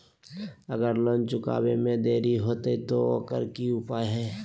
अगर लोन चुकावे में देरी होते तो ओकर की उपाय है?